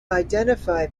identify